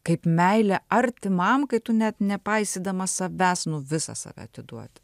kaip meilė artimam kai tu net nepaisydamas savęs nu visą save atiduodi